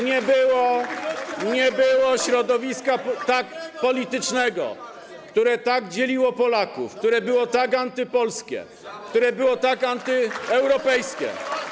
Nie było środowiska politycznego, które tak dzieliło Polaków, które było tak antypolskie, które było tak antyeuropejskie.